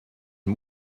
den